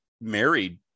married